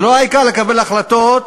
זה לא העיקר לקבל החלטות,